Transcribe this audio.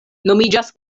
nomiĝas